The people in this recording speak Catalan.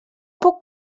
puc